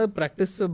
practice